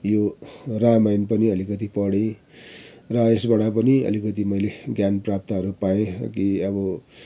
यो रामायण पनि अलिकित पढेँ र यसबाट पनि अलिकति मैले ज्ञान प्राप्तहरू पाएँ कि अब